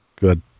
Good